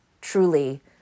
truly